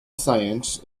science